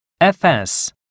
FS